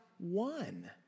one